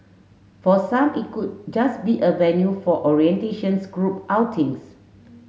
for some it could just be a venue for orientations group outings